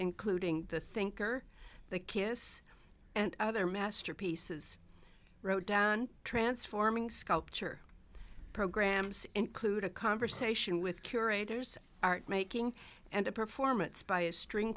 including the thinker the kiss and other masterpieces rodin transforming sculpture programmes include a conversation with curators art making and a performance by a string